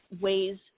ways